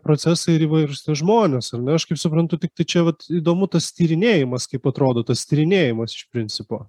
procesai ir įvairūs žmonės ar ne aš kaip suprantu tiktai čia vat įdomu tas tyrinėjimas kaip atrodo tas tyrinėjimas iš principo